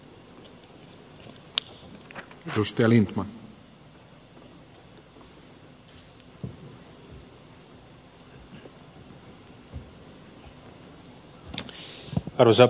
hyvät edustajakollegat